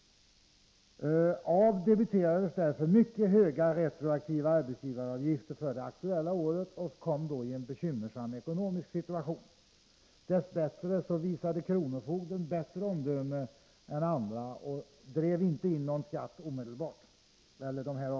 A debiterades mycket höga retroaktiva arbetsgivaravgifter för det aktuella året och kom då i en bekymmersam ekonomisk situation. Dess bättre visade kronofogden bättre omdöme än andra och drev inte in avgifterna omedelbart.